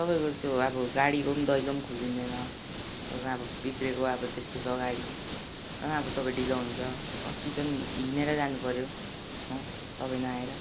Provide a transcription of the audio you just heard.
तपाईँको त्यो अब गाडीको पनि दैलो पनि खोलिँदैन त्यो त अब बिग्रेको अब त्यस्तो छ गाडी र अब तपाईँ ढिलो आउनुहुन्छ अस्ति चाहिँ हिँडेर जानुपर्यो है तपाईँ नआएर